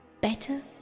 better